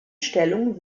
stellung